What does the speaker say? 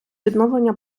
відновлення